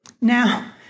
Now